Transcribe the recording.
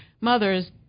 mothers